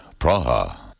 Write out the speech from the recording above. Praha